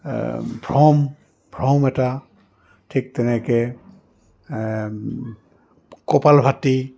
ভ্ৰম ভ্ৰম এটা ঠিক তেনেকৈ কপালভাতি